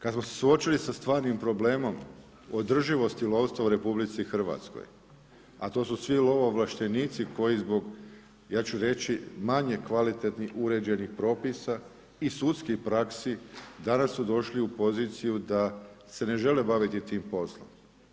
Kad smo se suočili sa stvarnim problemom o održivosti lovsta u Republici Hrvatskoj, a to su svi lovoovlaštenici koji zbog, ja ću reći manje kvalitetnih uređenih propisa i sudskih praksi danas su došli u poziciju da se ne žele baviti tim poslom.